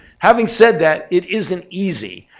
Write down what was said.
having said that, it isn't easy.